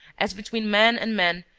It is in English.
as between man and man,